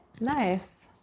Nice